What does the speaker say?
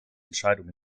entscheidung